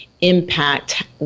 impact